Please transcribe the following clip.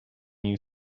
you